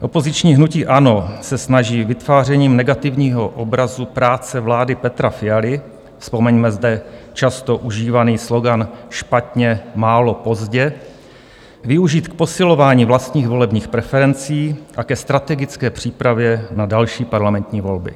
Opoziční hnutí ANO se snaží vytvářením negativního obrazu práce vlády Petra Fialy vzpomeňme zde často užívaný slogan: špatně, málo, pozdě využít k posilování vlastních volebních preferencí a ke strategické přípravě na další parlamentní volby.